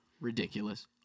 Ridiculous